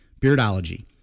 Beardology